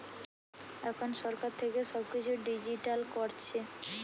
এখন সরকার থেকে সব কিছু ডিজিটাল করছে